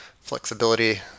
flexibility